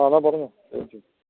ആ എന്നാൽ പറഞ്ഞോ ബേബിച്ചാ